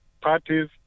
parties